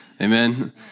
Amen